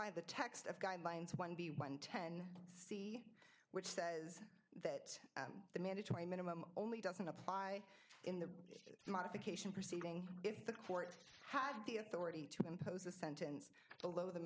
by the text of guidelines one b one ten which says that the mandatory minimum only doesn't apply in the modification proceeding if the court had the authority to impose a sentence below the